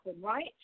right